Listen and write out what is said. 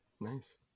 Nice